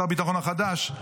שר הביטחון החדש.